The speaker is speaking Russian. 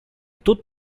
тут